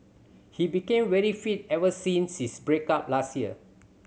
he became very fit ever since his break up last year